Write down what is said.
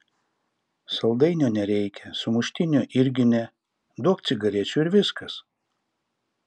saldainio nereikia sumuštinio irgi ne duok cigarečių ir viskas